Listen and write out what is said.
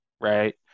right